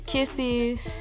Kisses